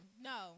No